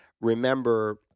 Remember